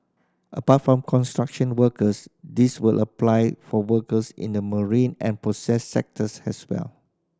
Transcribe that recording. apart from construction workers this will apply for workers in the marine and process sectors as well